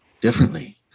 differently